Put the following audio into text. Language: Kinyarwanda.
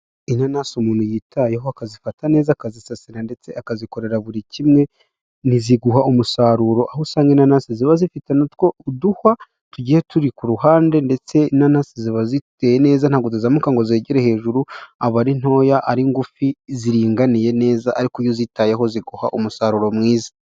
Inanasi umuntu yitayeho akazizifata neza akazisasira ndetse akazikorera buri kimwe, ni iziguha umusaruro, aho usanga inanasi ziba zifite na two uduhwa, tugiye turi ku ruhande, ndetse inanasi ziba ziteye neza ntabwo zizamuka ngo zigire hejuru, aba ari ntoya ari ngufi ziringaniye neza, ariko iyo uzitayeho ziguha umusaruro mwiza.